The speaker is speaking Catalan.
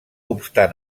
obstant